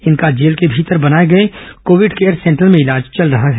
इनका जेल के भीतर बनाए गए कोविड केयर सेंटर में इलाज चल रहा है